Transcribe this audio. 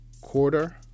quarter